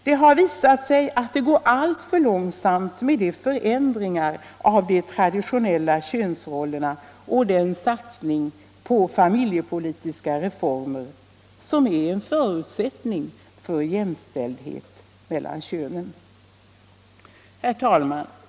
Det har visat sig att det går alltför långsamt med de förändringar av de traditionella könsrollerna och den satsning på familjepolitiska reformer som är en förutsättning för jämställdhet mellan könen. Herr talman!